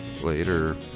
Later